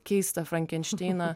keistą frankenšteiną